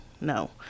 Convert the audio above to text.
no